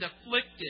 afflicted